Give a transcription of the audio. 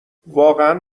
واقعا